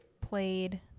played